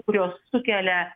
kurios sukelia